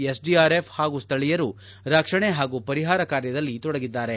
SDRF ಹಾಗೂ ಸ್ಥಳೀಯರು ರಕ್ಷಣೆಗೆ ಹಾಗೂ ಪರಿಹಾರ ಕಾರ್ಯದಲ್ಲಿ ತೊಡಗಿದ್ದಾರೆ